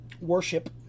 worship